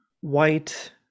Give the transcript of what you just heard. white